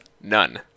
None